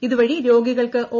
ഇതുവഴി രോഗികൾക്ക് ഒ